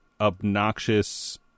obnoxious